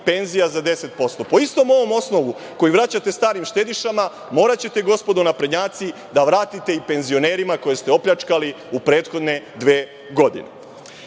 penzija za 10%. Po istom ovom osnovu kojim vraćate starim štedišama, moraćete, gospodo naprednjaci, da vratite i penzionerima koje ste opljačkali u prethodne dve godine. Istina,